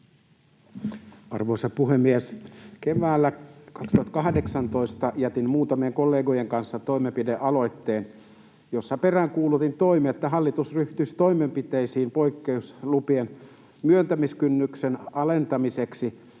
Arvoisa puhemies! Keväällä 2018 jätin muutamien kollegojen kanssa toimenpidealoitteen, jossa peräänkuulutin toimia, että hallitus ryhtyisi toimenpiteisiin poikkeuslupien myöntämiskynnyksen alentamiseksi